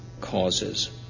causes